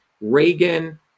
Reagan